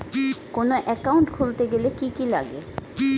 কোন একাউন্ট খুলতে গেলে কি কি লাগে?